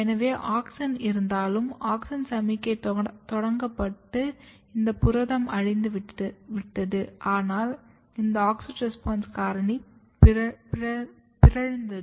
எனவே ஆக்ஸின் இருந்தாலும் ஆக்ஸின் சமிக்ஞை தொடங்கப்பட்டு இந்த புரதம் அழிந்துவிட்டது ஆனால் இந்த ஆக்ஸின் ரெஸ்பான்ஸ் காரணி பிறழ்ந்தது